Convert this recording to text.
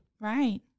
Right